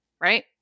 right